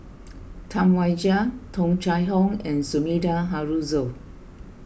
Tam Wai Jia Tung Chye Hong and Sumida Haruzo